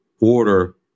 order